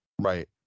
Right